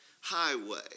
highway